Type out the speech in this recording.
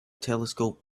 telescope